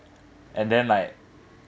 and then like